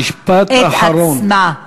משפט אחרון.